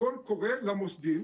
קול קורא למוסדיים